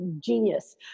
genius